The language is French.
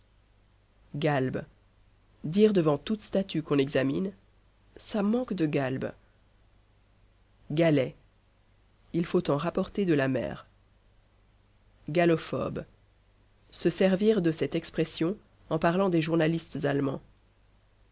galbe dire devant toute statue qu'on examine ca manque de galbe galets il faut en rapporter de la mer gallophobe se servie de cette expression en parlant des journalistes allemands